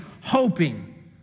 hoping